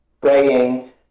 praying